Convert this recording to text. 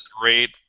great